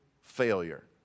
failure